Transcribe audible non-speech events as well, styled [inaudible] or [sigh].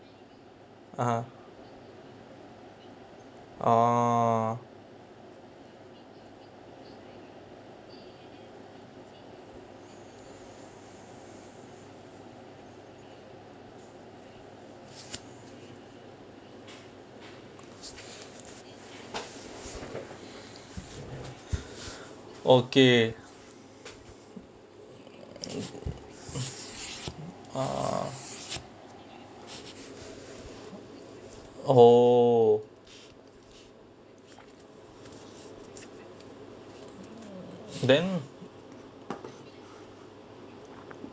a'ah oh okay [noise] ah oh then